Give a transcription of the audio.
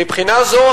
מבחינה זו,